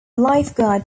lifeguard